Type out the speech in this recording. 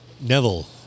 Neville